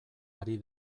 ari